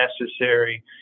necessary